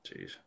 Jeez